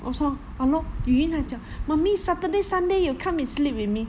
我说 ha lor yu yan 还讲 mummy saturday sunday you come and sleep with me